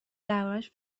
دربارش